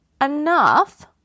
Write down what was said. enough